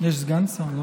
יש סגן שר.